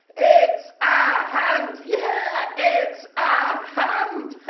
it's a hand. yeah. it's ah a hand.